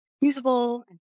usable